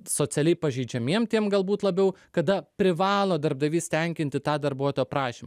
socialiai pažeidžiamiem tiem galbūt labiau kada privalo darbdavys tenkinti tą darbuotojo prašymą